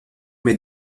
mes